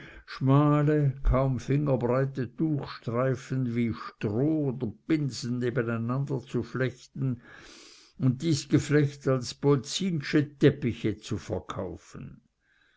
schmale kaum fingerbreite tuchstreifen wie stroh oder binsen nebeneinanderzuflechten und dies geflecht als polzinsche teppiche zu verkaufen